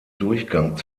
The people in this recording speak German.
durchgang